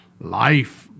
Life